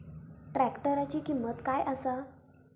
ट्रॅक्टराची किंमत काय आसा?